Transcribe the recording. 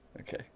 Okay